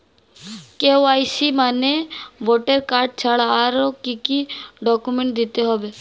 KYC মানে voter card ছাড়া আর কি কি ডকুমেন্ট দিতে হবে?